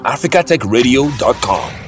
Africatechradio.com